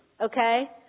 okay